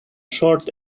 short